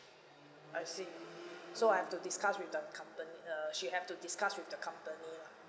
I see so I've to discuss with the company uh she have to discuss with the company lah